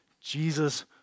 Jesus